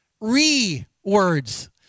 re-words